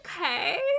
okay